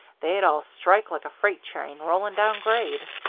they'd all strike like a freight train rolling down grade.